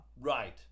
Right